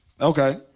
Okay